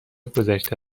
گذشته